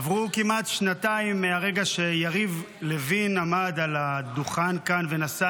עברו כמעט שנתיים מהרגע שיריב לוין עמד על הדוכן כאן ונשא